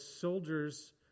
soldiers